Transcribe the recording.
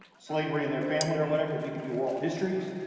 slavery and their family or whatever, we could do oral histories,